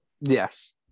Yes